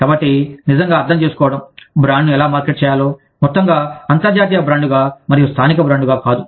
కాబట్టి నిజంగా అర్థం చేసుకోవడం బ్రాండ్ను ఎలా మార్కెట్ చేయాలో మొత్తంగా అంతర్జాతీయ బ్రాండ్గా మరియు స్థానిక బ్రాండ్గా కాదు